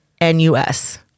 N-U-S